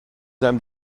âmes